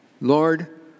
Lord